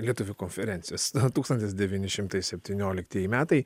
lietuvių konferencijos tūkstantis devyni šimtai septynioliktieji metai